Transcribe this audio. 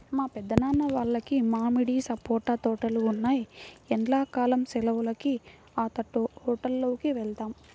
మా పెద్దనాన్న వాళ్లకి మామిడి, సపోటా తోటలు ఉన్నాయ్, ఎండ్లా కాలం సెలవులకి ఆ తోటల్లోకి వెళ్తాం